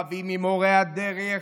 רבים עם מורי הדרך,